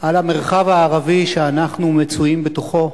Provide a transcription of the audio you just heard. על המרחב הערבי שאנחנו מצויים בתוכו,